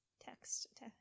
Text